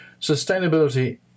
sustainability